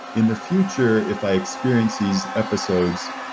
in the future, if i experience these episodes,